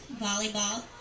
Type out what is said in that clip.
Volleyball